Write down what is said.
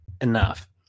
enough